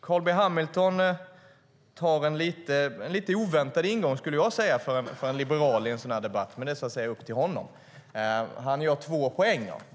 Carl B Hamilton har, skulle jag säga, en lite oväntad ingång för en liberal i en sådan här debatt, men det är upp till honom. Han gör två poänger.